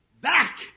back